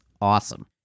awesome